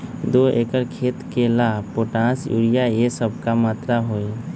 दो एकर खेत के ला पोटाश, यूरिया ये सब का मात्रा होई?